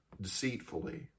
deceitfully